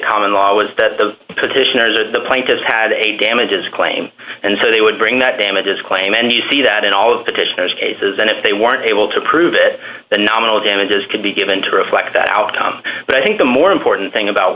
common law was that the petitioners or the plaintiffs had a damages claim and so they would bring that damages claim and you see that in all of the tissue cases and if they weren't able to prove it the nominal damages could be given to reflect that outcome but i think the more important thing about